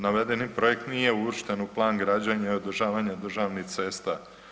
Navedeni projekt nije uvršten u plan građenja i održavanja državnih cesta.